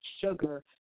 sugar